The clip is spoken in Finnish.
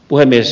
puhemies